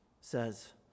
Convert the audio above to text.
says